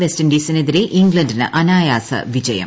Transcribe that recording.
വെസ്റ്റിൻഡീസിനെതിരെ ഇംഗ്ലണ്ടിന് അനായാസവിജയം